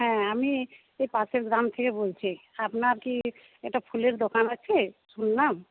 হ্যাঁ আমি এই পাশের গ্রাম থেকে বলছি আপনার কি একটা ফুলের দোকান আছে শুনলাম